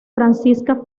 francisca